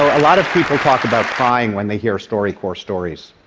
a lot of people talk about crying when they hear storycorps stories,